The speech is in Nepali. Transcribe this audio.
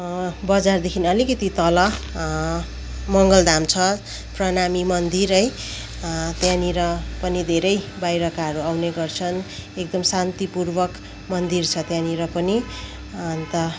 बजारदेखि अलिकति तल मङ्गलधाम छ प्रणामी मन्दिर है त्यहाँनिर पनि धेरै बाहिरका आउने गर्छन् एकदम शान्तिपूर्वक मन्दिर छ त्यहाँनिर पनि अन्त